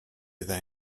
they